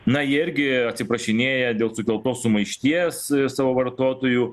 na jie irgi atsiprašinėja dėl sukeltos sumaišties savo vartotojų